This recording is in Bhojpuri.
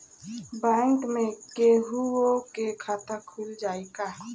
बैंक में केहूओ के खाता खुल जाई का?